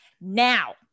Now